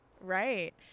Right